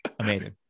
amazing